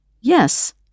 yes